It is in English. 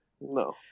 No